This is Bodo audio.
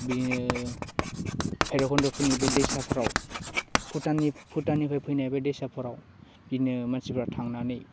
बिनिनो भैरबखुन्डफोरनि बे दैसाफोराव भुटाननि भुटाननिफ्राय फैनाय बे दैसाफोराव बिदिनो मानसिफोरा थांनानै